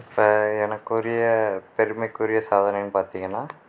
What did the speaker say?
இப்போ எனக்குரிய பெருமைக்குரிய சாதனைனு பார்த்தீங்கன்னா